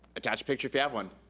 attach picture if ya have one.